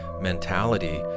mentality